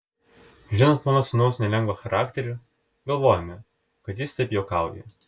žinant mano sūnaus nelengvą charakterį galvojome kad jis taip juokauja